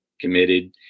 committed